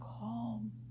calm